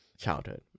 childhood